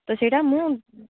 ତ ସେଇଟା ମୁଁ